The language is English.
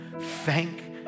thank